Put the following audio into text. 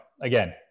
again